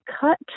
cut